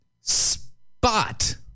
spot